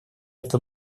это